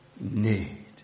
need